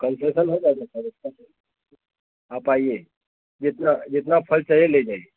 concession हो जायेगा sir इसका आप आइये जितना जितना फल चाहिये ले जाइये